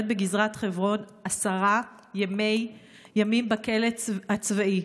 בגזרת חברון עשרה ימים בכלא הצבאי.